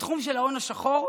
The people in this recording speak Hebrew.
בתחום של ההון השחור,